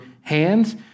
hands